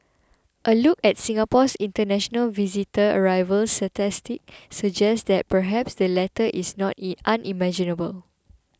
a look at Singapore's international visitor arrival statistics suggest that perhaps the latter is not unimaginable